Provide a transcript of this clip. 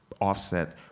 offset